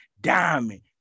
diamond